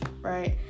right